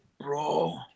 bro